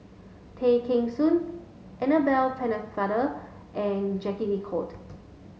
Tay Kheng Soon Annabel Pennefather and Jacques de Coutre